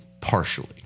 partially